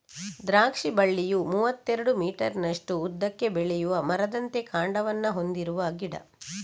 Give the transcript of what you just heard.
ದ್ರಾಕ್ಷಿ ಬಳ್ಳಿಯು ಮೂವತ್ತೆರಡು ಮೀಟರಿನಷ್ಟು ಉದ್ದಕ್ಕೆ ಬೆಳೆಯುವ ಮರದಂತೆ ಕಾಂಡವನ್ನ ಹೊಂದಿರುವ ಗಿಡ